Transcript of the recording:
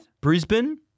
Brisbane